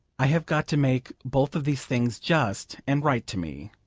i have got to make both of these things just and right to me.